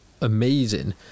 amazing